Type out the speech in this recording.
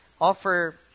offer